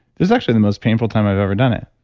this is actually the most painful time i've ever done it